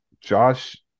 Josh